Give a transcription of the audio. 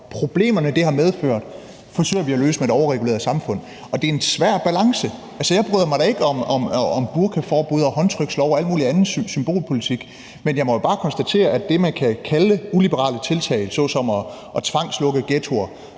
problemerne, som det har medført, forsøger vi at løse med et overreguleret samfund, og det er en svær balance. Altså, jeg bryder mig da ikke om burkaforbud, håndtrykslov og al mulig anden symbolpolitik. Men jeg må jo bare konstatere, at det, man kan kalde uliberale tiltag, såsom at tvangslukke ghettoer